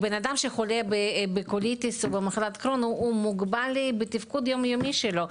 בן-אדם שחולה בקוליטיס או בקרוהן מוגבל בתפקוד היומיומי שלו.